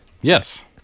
Yes